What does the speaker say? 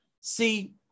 See